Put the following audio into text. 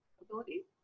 ability